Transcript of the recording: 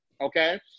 Okay